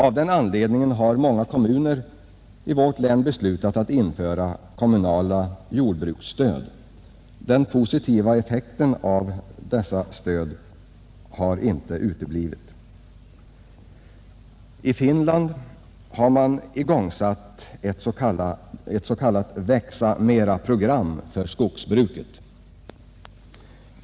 Av den anledningen har många kommuner i vårt län beslutat att införa kommunala jordbruksstöd. Den positiva effekten av dessa stöd har inte uteblivit. I Finland har man igångsatt ett s.k. Växa mera-program för skogsbruket.